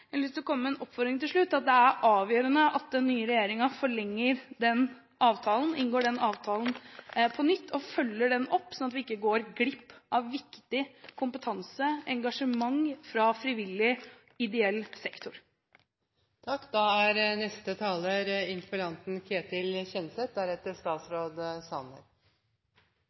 Jeg har lyst til å komme med en oppfordring til slutt om at det er avgjørende at den nye regjeringen forlenger denne avtalen – inngår den på nytt og følger den opp, slik at vi ikke går glipp av viktig kompetanse og engasjement fra frivillig, ideell sektor.